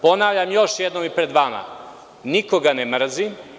Ponavljam još jednom i pred vama, nikoga ne mrzim.